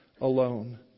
alone